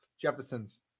Jeffersons